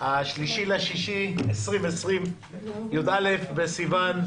3 ביוני 2020, י"א בסיוון,